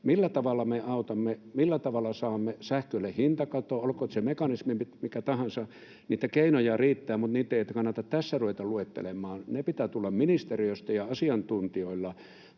millä tavalla me autamme, millä tavalla saamme sähkölle hintakaton, olkoon se mekanismi mikä tahansa. Niitä keinoja riittää, mutta niitä ei kannata tässä ruveta luettelemaan. Niiden pitää tulla ministeriöstä ja asiantuntijoilta.